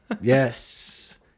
Yes